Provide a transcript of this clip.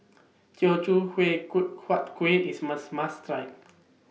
Teochew Hui Kueh Huat Kueh IS must must Try